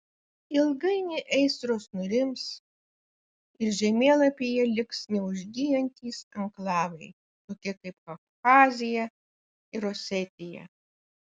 ilgainiui aistros nurims ir žemėlapyje liks neužgyjantys anklavai tokie kaip abchazija ir osetija